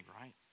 right